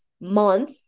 month